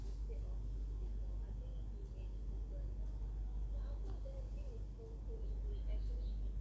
absolutely